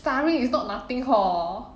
is not nothing hor